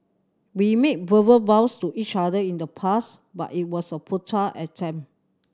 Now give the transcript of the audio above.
we made verbal vows to each other in the past but it was a futile attempt